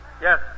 Yes